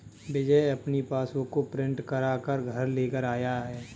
विजय अपनी पासबुक को प्रिंट करा कर घर लेकर आया है